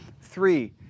Three